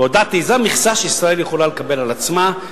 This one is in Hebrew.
והודעתי: זאת המכסה שישראל יכולה לקבל על עצמה.